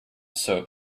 soap